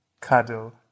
cuddle